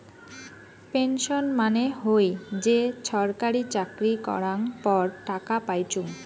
pension মানে হই যে ছরকারি চাকরি করাঙ পর টাকা পাইচুঙ